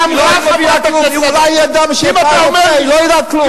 היא אולי אדם שהלכה לרופא, היא לא יודעת כלום.